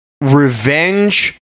revenge